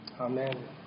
Amen